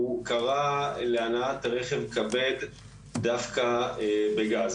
הוא קרא להנעת רכב כבד דווקא בגז.